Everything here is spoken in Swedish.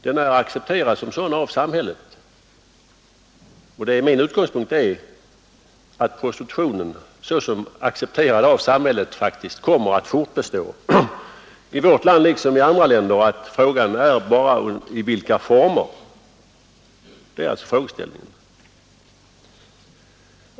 Den är accepterad av samhället, och min utgångspunkt är att prostitutionen såsom accepterad av samhället kommer att fortbestå, i vårt land liksom i andra länder. Frågan är bara i vilka former. Det är alltså frågeställningen.